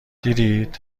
دیدید